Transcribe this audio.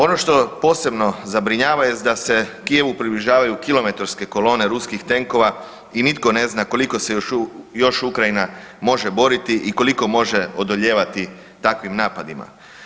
Ono što posebno zabrinjava jest da se Kijevu približavaju kilometarske kolone ruskih tenkova i nitko ne zna koliko se još Ukrajina može boriti i koliko može odolijevati takvim napadima.